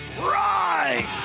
Right